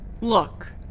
Look